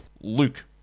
Luke